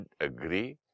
agree